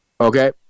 Okay